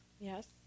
Yes